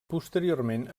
posteriorment